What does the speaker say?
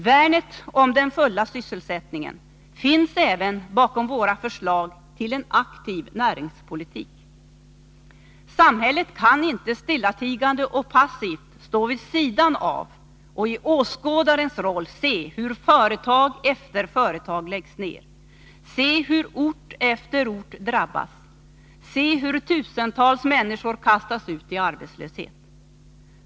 Värnet av den fulla sysselsättningen finns även bakom våra förslag till en aktiv näringspolitik. Samhället kan inte stillatigande och passivt stå vid sidan av och i åskådarens roll se hur företag efter företag läggs ned, se hur ort efter ort drabbas, se hur tusentals människor kastas ut i arbetslöshet.